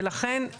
ולכן,